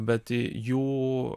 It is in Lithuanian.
bet jų